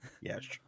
Yes